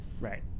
Right